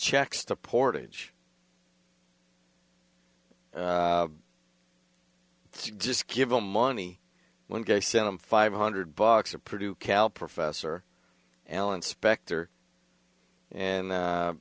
checks to portage just give them money when gay send them five hundred bucks or produce cal professor alan specter and